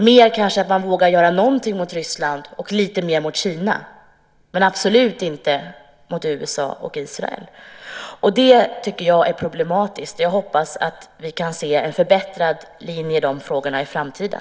Man kanske vågar göra lite mer mot Ryssland och Kina, men absolut inte mot USA och Israel. Det är problematiskt. Jag hoppas att vi kan se en förbättrad linje i de frågorna i framtiden.